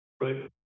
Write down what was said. Right